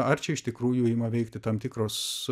ar čia iš tikrųjų ima veikti tam tikros